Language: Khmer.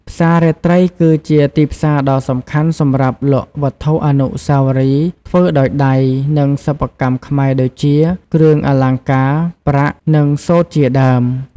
ផ្សាររាត្រីគឺជាទីផ្សារដ៏សំខាន់សម្រាប់លក់វត្ថុអនុស្សាវរីយ៍ធ្វើដោយដៃ និងសិប្បកម្មខ្មែរដូចជា គ្រឿងអលង្ការប្រាក់ និងសូត្រជាដើម។